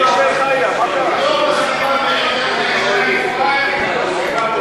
חברת הכנסת גילה גמליאל נמצאת כאן.